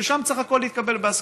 ששם צריך הכול להתקבל בהסכמה.